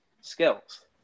skills